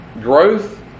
growth